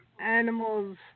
animals